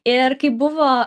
ir kai buvo